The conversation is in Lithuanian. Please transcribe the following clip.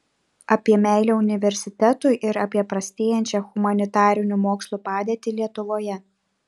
apie meilę universitetui ir apie prastėjančią humanitarinių mokslų padėtį lietuvoje